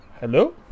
Hello